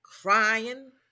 crying